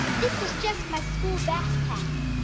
this is just my school backpack.